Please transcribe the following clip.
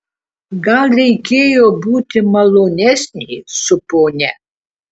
gal reikėjo būti malonesnei su ponia